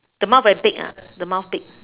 the mouth very big ah the mouth big